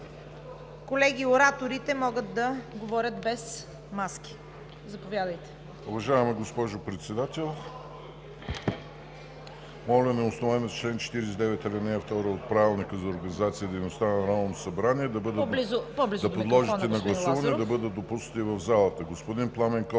Колеги, ораторите могат да говорят без маски. Заповядайте,